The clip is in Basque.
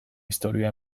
istorioa